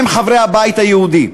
הם חברי הבית היהודי,